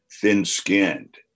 thin-skinned